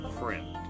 friend